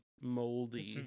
moldy